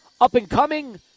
up-and-coming